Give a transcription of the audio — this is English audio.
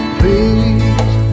Please